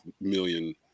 million